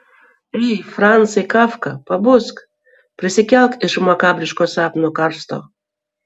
ei francai kafka pabusk prisikelk iš makabriško sapno karsto